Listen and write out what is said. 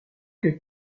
que